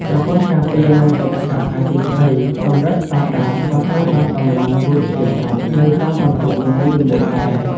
ប្រព័ន្ធការពារនិងទប់ស្កាត់អគ្គិភ័យកម្រិតស្តង់ដារក៏ត្រូវបានដំឡើងរួចជាស្រេចនៅតាមបន្ទប់នីមួយៗដែរ។